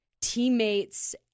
teammates